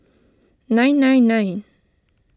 nine nine nine